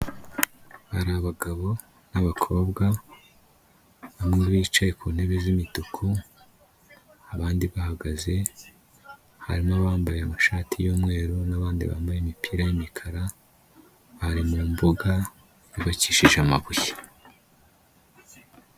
Hari abagabo n'abakobwa, bamwe bicaye ku ntebe z'imituku, abandi bahagaze, harimo abambaye amashati y'umweru n'abandi bambaye imipira y'imikara, bari mu mbuga yubakishije amabuye.